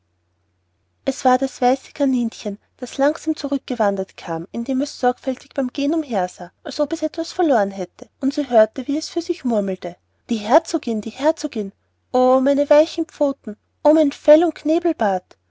es war das weiße kaninchen das langsam zurückgewandert kam indem es sorgfältig beim gehen umhersah als ob es etwas verloren hätte und sie hörte wie es für sich murmelte die herzogin die herzogin oh meine weichen pfoten o mein fell und knebelbart